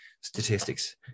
statistics